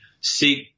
seek